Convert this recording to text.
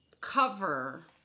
cover